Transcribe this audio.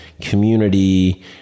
community